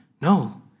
No